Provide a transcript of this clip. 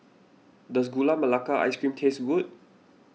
does Gula Melaka Ice Cream taste good